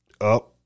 up